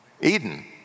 Eden